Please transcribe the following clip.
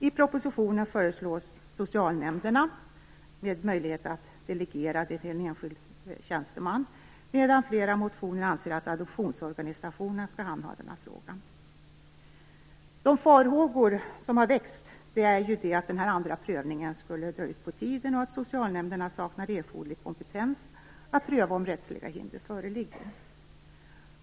I propositionen föreslås socialnämnderna, med möjlighet att delegera till en enskild tjänsteman. I flera motioner föreslås det att adoptionsorganisationerna skall handha denna fråga. De farhågor som har väckts är att den andra prövningen skall dra ut på tiden och att socialnämnderna saknar erforderlig kompetens att pröva om rättsliga hinder föreligger.